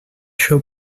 show